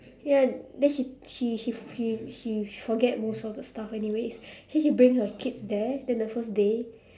ya then she she she she she forget most of the stuff anyways so she bring her kids there then the first day